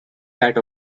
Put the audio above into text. that